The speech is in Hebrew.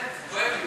כואב לי.